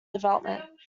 development